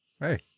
Hey